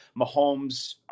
Mahomes –